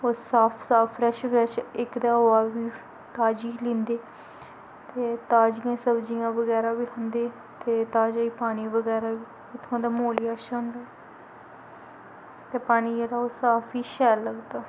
ओह् साफ साफ फ्रैश फ्रैश इक ते हवा बी ताजी लैंदे ते ताजियां सब्जियां बगैरा बी खंदे ते ताजे पानी बगैरा बी उत्थुआं दा म्हौल बी अच्छा होंदा ते पानी जेह्ड़ा ओह् साफ बी शैल लगदा